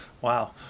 Wow